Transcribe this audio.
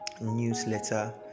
newsletter